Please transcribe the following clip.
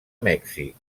mèxic